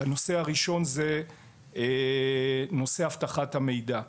הנושא הראשון זה נושא אבטחת המידע.